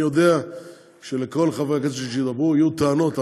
אני יודע שלכל חברי הכנסת שידברו יהיו טענות,